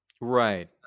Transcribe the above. right